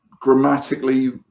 grammatically